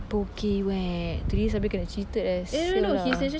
pukiwek three years abeh kena cheated eh !siala!